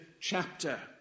chapter